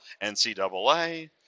NCAA